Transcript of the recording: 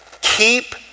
keep